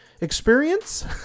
experience